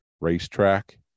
racetrack